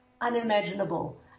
unimaginable